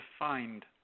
defined